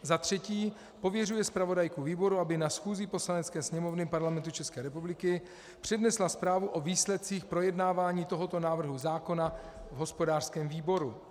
III. pověřuje zpravodajku výboru, aby na schůzi Poslanecké sněmovny Parlamentu České republiky přednesla zprávu o výsledcích projednávání tohoto návrhu zákona v hospodářském výboru;